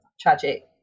tragic